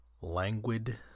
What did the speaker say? Languid